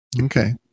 Okay